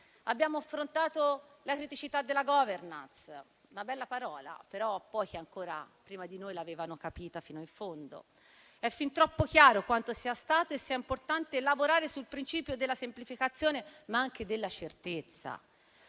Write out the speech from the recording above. Abbiamo affrontato la criticità della *governance*, una bella parola, che pochi prima di noi avevano capito fino in fondo. È fin troppo chiaro quanto sia stato e sia importante lavorare sul principio della semplificazione, ma anche della certezza.